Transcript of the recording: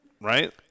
Right